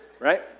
Right